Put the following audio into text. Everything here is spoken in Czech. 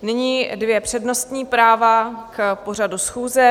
Nyní dvě přednostní práva k pořadu schůze.